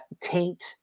taint